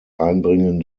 einbringen